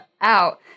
out